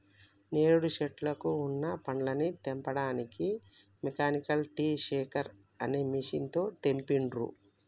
నేరేడు శెట్లకు వున్న పండ్లని తెంపడానికి మెకానికల్ ట్రీ షేకర్ అనే మెషిన్ తో తెంపిండ్రు